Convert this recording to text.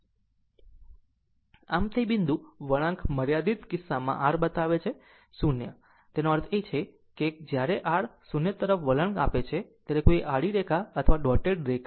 આમ તે બિન્દુ વળાંક મર્યાદિત કિસ્સામાં R બતાવે છે 0 તેનો અર્થ એ કે જ્યારે R 0 તરફ વલણ આપે છે ત્યારે આ કોઈ આડી રેખા અથવા ડોટેડ રેખા છે